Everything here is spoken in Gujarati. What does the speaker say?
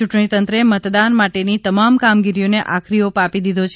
યૂંટણી તંત્રે મતદાન માટેની તમામ કામગીરીઓને આખરી ઓપ આપી દીધો છે